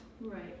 right